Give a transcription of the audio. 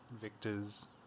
Victor's